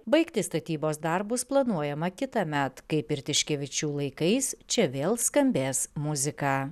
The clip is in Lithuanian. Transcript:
baigti statybos darbus planuojama kitąmet kaip ir tiškevičių laikais čia vėl skambės muzika